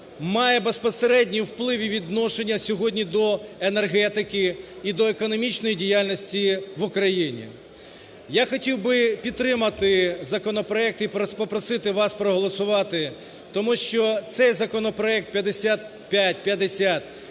має безпосередній вплив і відношення сьогодні до енергетики і до економічної діяльності в Україні. Я хотів би підтримати законопроект і попросити вас проголосувати, тому що цей законопроект, 5550,